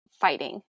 fighting